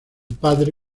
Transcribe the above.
padre